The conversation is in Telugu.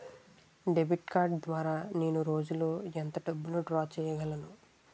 డెబిట్ కార్డ్ ద్వారా నేను రోజు లో ఎంత డబ్బును డ్రా చేయగలను?